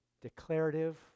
declarative